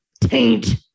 taint